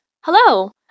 Hello